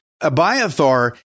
Abiathar